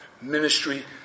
ministry